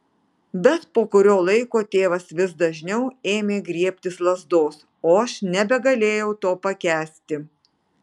bet po kurio laiko tėvas vis dažniau ėmė griebtis lazdos o aš nebegalėjau to pakęsti